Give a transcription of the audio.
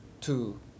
two